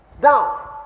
down